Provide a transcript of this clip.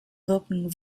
wirken